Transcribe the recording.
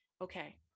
okay